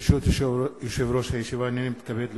ברשות יושב-ראש הישיבה, הנני מתכבד להודיע,